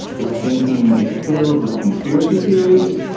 his thinking is filled with conspiracy theories.